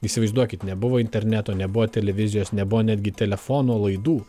įsivaizduokit nebuvo interneto nebuvo televizijos nebuvo netgi telefono laidų